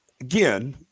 again